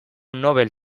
nobel